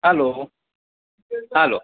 hello hello